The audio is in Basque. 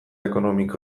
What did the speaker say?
ekonomiko